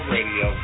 Radio